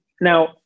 Now